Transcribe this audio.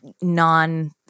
non-